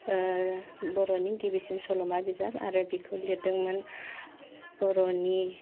बर'नि गिबिसिन सल'मा बिजाब आरो बिखौ लिरदोंमोन बर'नि